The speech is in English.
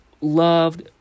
Loved